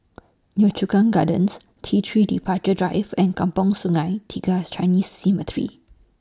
Yio Chu Kang Gardens T three Departure Drive and Kampong Sungai Tiga Chinese Cemetery